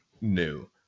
new